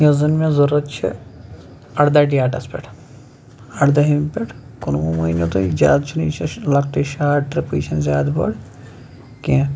یوٚس زَن مےٚ ضوٚرتھ چھِ ارداہ ڈیٹَس پیٚٹھ اردٔہمہِ پیٚٹھ کُنوُہ مٲنِو تُہۍ زیادٕ چھ نہٕ یہِ چھ لَکٹے شاٹ ٹرپے یہِ چھَ نہٕ زیاد بٔڑ کینٛہہ